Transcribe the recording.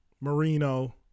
Marino